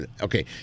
Okay